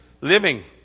living